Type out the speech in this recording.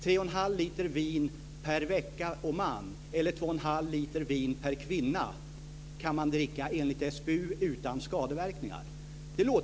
Jo, 31⁄2 liter vin per vecka och man eller 21⁄2 liter vin per vecka och kvinna kan man enligt SBU dricka utan skadeverkningar.